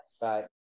bye